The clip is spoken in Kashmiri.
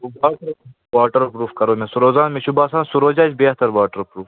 واٹَر پرٛوٗف کَرو مےٚ سُہ روزان مےٚ چھُ باسان سُہ روزِ اَسہِ بہتر واٹر پرٛوٗف